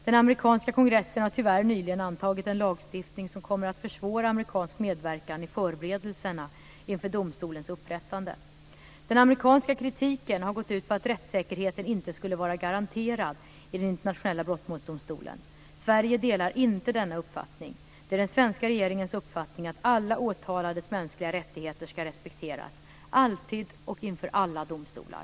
Den amerikanska kongressen har tyvärr nyligen antagit en lagstiftning som kommer att försvåra amerikansk medverkan i förberedelserna inför domstolens upprättande. Den amerikanska kritiken har gått ut på att rättssäkerheten inte skulle vara garanterad i den internationella brottmålsdomstolen. Sverige delar inte denna uppfattning. Det är den svenska regeringens uppfattning att alla åtalades mänskliga rättigheter ska respekteras, alltid och inför alla domstolar.